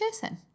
person